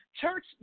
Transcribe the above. church